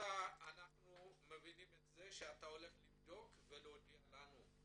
אנחנו מבינים את זה שאתה הולך לבדוק ולהודיע לנו.